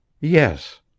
Yes